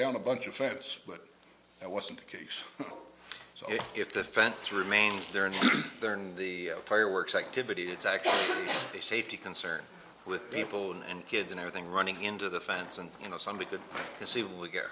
down a bunch of fence but that wasn't the case so if the fence remains there and then the fireworks activity it's actually a safety concern with people and kids and everything running into the fence and you know somebody could conceivably get